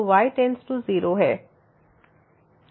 तो y→ 0 है